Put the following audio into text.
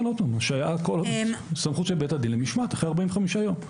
כן, סמכות של בית הדין למשמעת אחרי 45 יום.